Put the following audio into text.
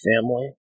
family